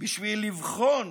בשביל לבחון